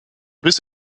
bis